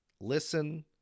listen